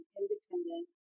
independent